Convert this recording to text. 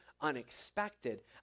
unexpected